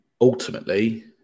ultimately